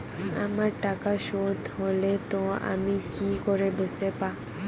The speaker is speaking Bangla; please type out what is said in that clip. আমার টাকা শোধ হলে তা আমি কি করে বুঝতে পা?